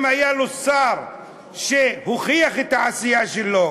אם היה לו שר שהוכיח את העשייה שלו,